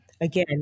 again